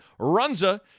Runza